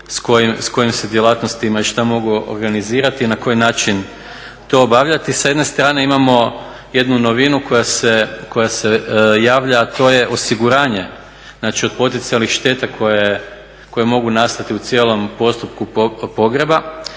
s kojim se djelatnostima i što mogu organizirati i na koji način to obavljati. Sa jedne strane imamo jednu novinu koja se javlja, a to je osiguranje od potencijalnih šteta koje mogu nastati u cijelom postupku pogreba